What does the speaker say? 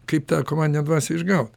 kaip tą komandinę dvasią išgauti